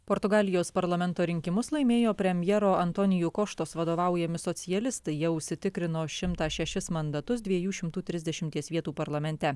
portugalijos parlamento rinkimus laimėjo premjero antoniju koštos vadovaujami socialistai jie užsitikrino šimtą šešis mandatus dviejų šimtų trisdešimties vietų parlamente